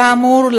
כאמור,